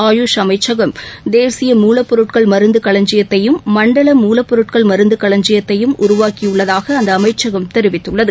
ஆயுஷ் அமைச்சகம் தேசிய மூலப்பொருட்கள் மருந்து களஞ்சியத்தையும் மண்டல மூலப்பொருட்கள் மருந்து களஞ்சியத்தையும் உருவாக்கியுள்ளதாக அந்த அமைச்சகம் தெரிவித்துள்ளது